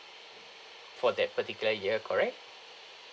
for that particular year correct